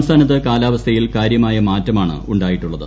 സംസ്ഥാനത്ത് കാലാവസ്ഥയിൽ കാര്യമായ മാറ്റമാണ് ഉണ്ടുായിട്ടുള്ളത്